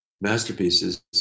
masterpieces